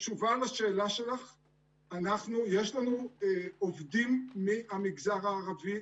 התשובה לשאלה שלך היא: יש לנו עובדים מהמגזר הערבי.